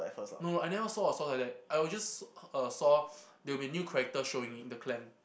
no I never saw a source like that I will just uh saw there will be character showing in the clan